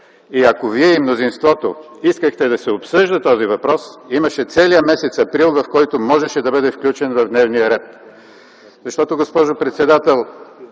И ако Вие и мнозинството искахте да се обсъжда този въпрос, имаше целия месец април, в който можеше да бъде включен в дневния ред. Защото, госпожо председател,